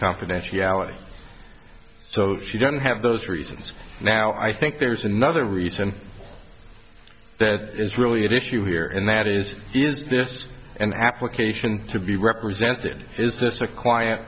confidentiality so that she doesn't have those reasons now i think there's another reason that is really at issue here and that is is this an application to be represented is this a client